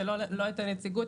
ולא את הנציגות.